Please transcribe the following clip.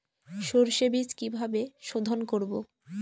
সর্ষে বিজ কিভাবে সোধোন করব?